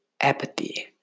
apathy